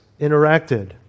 interacted